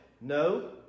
No